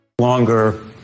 Longer